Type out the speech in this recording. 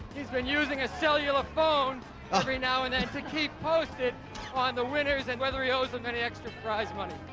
he's been using a cellular phone every now and then to keep posted on the winners and whether he owes them any extra prize money.